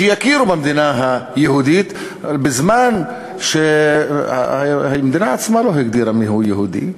שיכירו במדינה היהודית בזמן שהמדינה עצמה לא הגדירה מיהו יהודי.